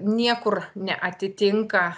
niekur neatitinka